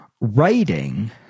writing